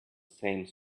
same